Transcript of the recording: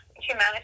humanity